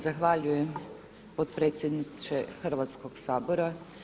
Zahvaljujem potpredsjedniče Hrvatskog sabora.